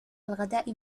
الغداء